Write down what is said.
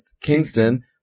Kingston